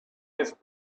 his